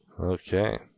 okay